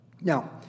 Now